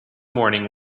morning